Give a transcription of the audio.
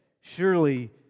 surely